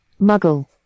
muggle